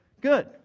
good